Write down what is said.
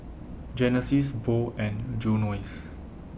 Genesis Bo and Junius